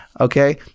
okay